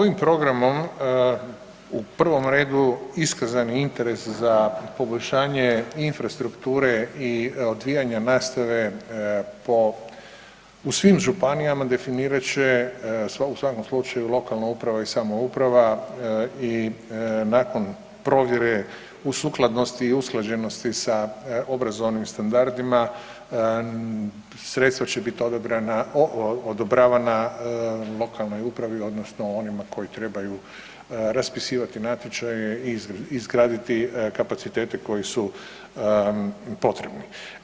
Ovim programom u prvom redu iskazan je interes za poboljšanje infrastrukture i odvijanje nastave po, u svim županijama definirat će u svakom slučaju lokalna uprava i samouprava i nakon provjere u sukladnosti i usklađenosti sa obrazovnim standardima, sredstava će biti odobravanja lokalnoj upravi, odnosno onima koji trebaju raspisivati natječaje i izgraditi kapacitete koji su potrebni.